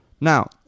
Now